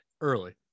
Early